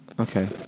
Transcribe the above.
Okay